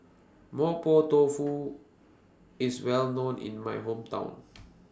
Mapo Tofu IS Well known in My Hometown